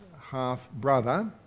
half-brother